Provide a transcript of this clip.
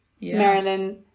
Marilyn